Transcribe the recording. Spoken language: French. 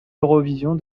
eurovision